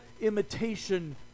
imitation